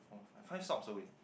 four five five stops away